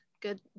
good